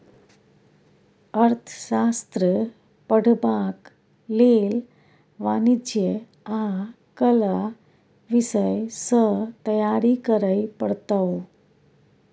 अर्थशास्त्र पढ़बाक लेल वाणिज्य आ कला विषय सँ तैयारी करय पड़तौ